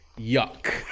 Yuck